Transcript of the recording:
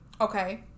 Okay